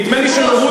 אתם הרבה יותר גדולים.